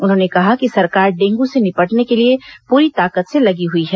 उन्होंने कहा कि सरकार डेंगू से निपटने के लिए पूरी ताकत से लगी हुई है